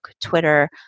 Twitter